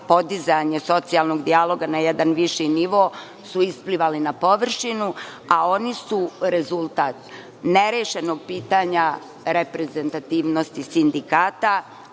podizanje socijalnog dijaloga na jedan viši nivo su isplivali na površinu, a oni su rezultat nerešenog pitanja reprezentativnosti sindikata,